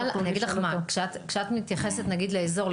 אבל אני אגיד לך מה: כשאת מתייחסת נגיד לאזור,